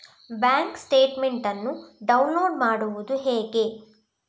Bank statement ಅನ್ನು download ಮಾಡುವುದು ಹೇಗೆ?